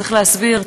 צריך להסביר,